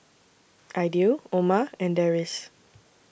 Aidil Omar and Deris